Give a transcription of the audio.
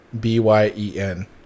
b-y-e-n